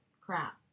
crap